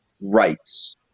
rights